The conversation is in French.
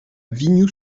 vignoux